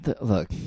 look